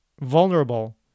vulnerable